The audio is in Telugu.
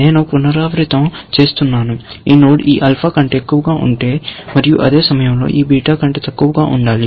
నేను పునరావృతం చేస్తున్నాను ఈ నోడ్ ఈ ఆల్ఫా కంటే ఎక్కువగా ఉంటే మరియు అదే సమయంలో ఈ బీటా కంటే తక్కువగా ఉండాలి